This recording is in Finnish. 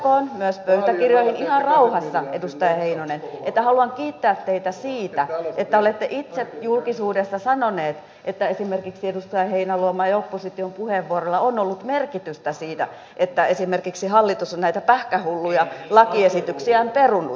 todettakoon myös pöytäkirjoihin ihan rauhassa edustaja heinonen että haluan kiittää teitä siitä että olette itse julkisuudessa sanonut että esimerkiksi edustaja heinäluoman ja opposition puheenvuoroilla on ollut merkitystä siinä että hallitus esimerkiksi on näitä pähkähulluja lakiesityksiään perunut